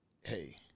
hey